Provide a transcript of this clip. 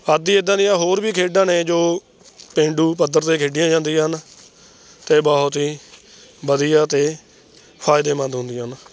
ਆਦਿ ਇੱਦਾਂ ਦੀਆਂ ਹੋਰ ਵੀ ਖੇਡਾਂ ਨੇ ਜੋ ਪੇਂਡੂ ਪੱਧਰ 'ਤੇ ਖੇਡੀਆਂ ਜਾਂਦੀਆਂ ਹਨ ਅਤੇ ਬਹੁਤ ਹੀ ਵਧੀਆ ਅਤੇ ਫਾਇਦੇਮੰਦ ਹੁੰਦੀਆਂ ਹਨ